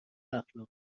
اخلاق